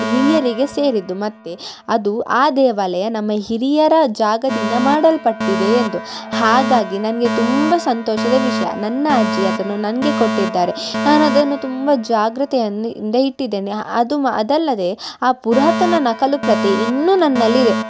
ಹಿರಿಯರಿಗೆ ಸೇರಿದ್ದು ಮತ್ತು ಅದು ಆ ದೇವಾಲಯ ನಮ್ಮ ಹಿರಿಯರ ಜಾಗದಿಂದ ಮಾಡಲ್ಪಟ್ಟಿದೆ ಎಂದು ಹಾಗಾಗಿ ನನಗೆ ತುಂಬ ಸಂತೋಷದ ವಿಷಯ ನನ್ನ ಅಜ್ಜಿ ಅದನ್ನು ನನಗೆ ಕೊಟ್ಟಿದ್ದಾರೆ ನಾನು ಅದನ್ನು ತುಂಬ ಜಾಗ್ರತೆಯನ್ನ ಇಂದ ಇಟ್ಟಿದ್ದೇನೆ ಅದು ಅದಲ್ಲದೆ ಆ ಪುರಾತನ ನಕಲುಪ್ರತಿ ಇನ್ನೂ ನನ್ನಲ್ಲಿದೆ